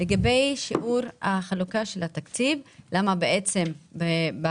לגבי שיעור החלוקה של התקציב למה ב-2018,